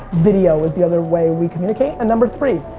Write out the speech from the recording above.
video is the other way we communicate, and number three,